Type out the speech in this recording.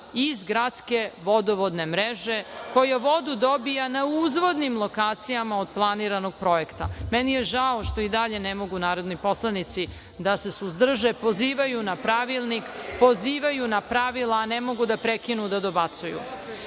iz gradske vodovodne mreže koja vodu dobija na uzvodnim lokacijama od planiranog projekta. Meni je žao što i dalje ne mogu narodni poslanici da se suzdrže, pozivaju na pravila, a ne mogu da prekinu da dobacuju. Znači,